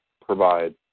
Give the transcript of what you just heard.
provide